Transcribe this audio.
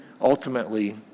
ultimately